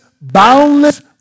boundless